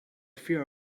fear